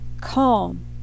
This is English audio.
calm